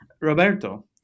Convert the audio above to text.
Roberto